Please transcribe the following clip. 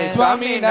Swami